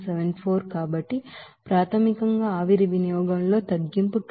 కాబట్టి ప్రాథమికంగా ఆవిరి వినియోగం లో తగ్గింపు 2